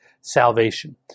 salvation